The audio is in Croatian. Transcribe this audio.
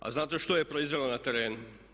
A znate što je proizvela na terenu?